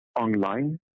online